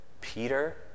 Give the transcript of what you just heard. Peter